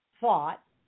thought